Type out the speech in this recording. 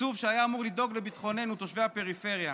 תקצוב שהיה אמור לדאוג לביטחוננו, תושבי הפריפריה.